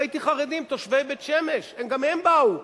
ראיתי חרדים תושבי בית-שמש, גם הם באו.